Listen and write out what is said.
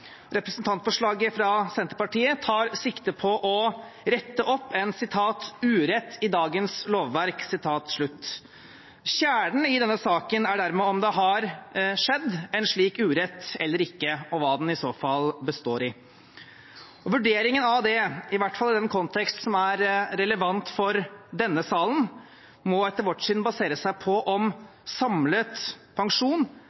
Representantforslaget fra Senterpartiet tar sikte på å rette opp en «urett i dagens lovverk». Kjernen i denne saken er dermed om det har skjedd en slik urett eller ikke, og hva den i så fall består i. Vurderingen av det, i hvert fall i den kontekst som er relevant for denne salen, må etter vårt syn basere seg på